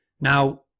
now